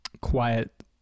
quiet